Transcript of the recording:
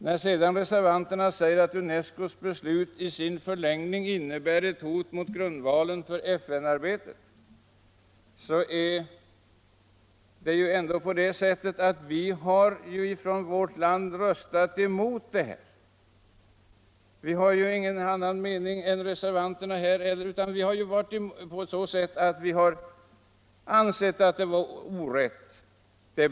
Sedan säger reservanterna att UNESCO:s resolution i sin förlängning innebär ett hot mot grundvalen för FN-arbetet. Men det är ju ändå på det sättet att vårt land har röstat emot denna resolution. Vi i utskottsmajoriteten har ju ingen annan mening än reservanterna här heller, utan vi anser att det beslut som fattades var orätt.